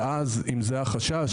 ואז אם זה החשש,